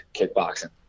kickboxing